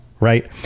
right